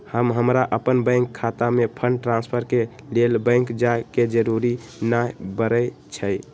अब हमरा अप्पन बैंक खता में फंड ट्रांसफर के लेल बैंक जाय के जरूरी नऽ परै छइ